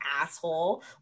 asshole